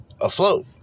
afloat